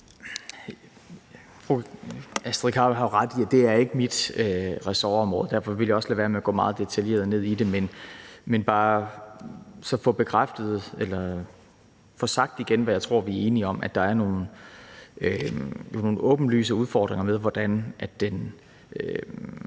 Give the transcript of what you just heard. Astrid Carøe har jo ret i, at det ikke er mit ressortområde. Derfor vil jeg også lade være med at gå meget detaljeret ned i det, men så bare få sagt igen, hvad jeg tror vi er enige om, altså at der er nogle åbenlyse udfordringer med, hvordan den